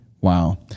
Wow